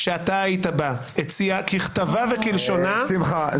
הגזענית שלכם,